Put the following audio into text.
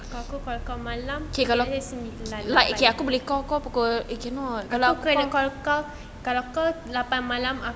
kalau aku call malam around sembilan kalau aku ada call kau kalau kau lapan malam